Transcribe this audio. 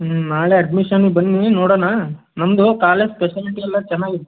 ಹ್ಞೂ ನಾಳೆ ಅಡ್ಮಿಶನಿಗೆ ಬನ್ನಿ ನೋಡಣ ನಮ್ಮದು ಕಾಲೇಜ್ ಫೆಸಿಲಿಟಿ ಎಲ್ಲ ಚೆನ್ನಾಗಿದೆ